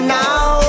now